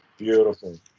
Beautiful